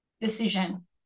decision